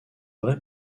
vrai